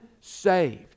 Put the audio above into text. saved